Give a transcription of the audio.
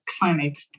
climate